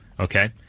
Okay